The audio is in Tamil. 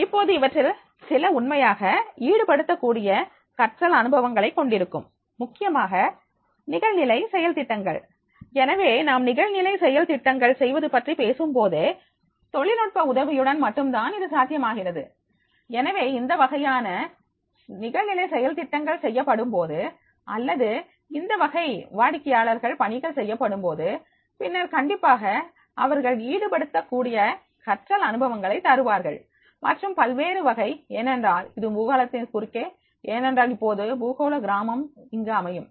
இப்போது இவற்றில் சில உண்மையாக ஈடுபடுத்த கூடிய கற்றல் அனுபவங்கள் கொண்டிருக்கும் முக்கியமாக நிகழ்நிலை செயல்திட்டங்கள் எனவே நாம் நிகழ்நிலை செயல்திட்டங்கள் செய்வது பற்றி பேசும்போது தொழில்நுட்ப உதவியுடன் மட்டும்தான் இது சாத்தியமாகிறது எனவே இந்த வகையான நிகழ்நிலை செயல்திட்டங்கள் செய்யப்படும்போது அல்லது இந்த வகையான வாடிக்கையாளர்கள் பணிகள் செய்யப்படும்போது பின்னர் கண்டிப்பாக அவர்கள் ஈடுபடுத்தக் கூடிய கற்றல் அனுபவங்களை தருவார்கள் மற்றும் பல்வேறு வகை ஏனென்றால் இது பூகோளத்தில் குறுக்கே ஏனென்றால் இப்போது பூகோள கிராமம் இங்கு அமையும்